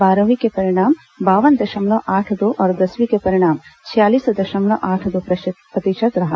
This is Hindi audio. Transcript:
बारहवीं के परिणाम बावन दशमलव आठ दो और दसवीं के परिणाम छियालीस दशमलव आठ दो प्रतिशत रहा